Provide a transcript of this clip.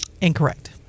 Incorrect